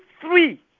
three